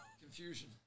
Confusion